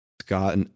Scott